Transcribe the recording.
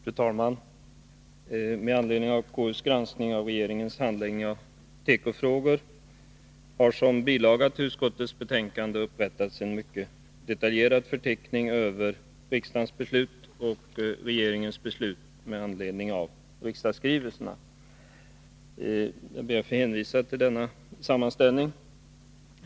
Fru talman! Konstitutionsutskottet har granskat regeringens handläggning av tekofrågor, och i en bilaga till utskottets betänkande finns en mycket detaljerad förteckning över riksdagens beslut i tekofrågor och regeringens åtgärder med anledning av riksdagsskrivelserna. Jag ber att få hänvisa till denna sammanställning.